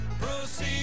Proceed